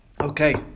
Okay